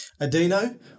Adeno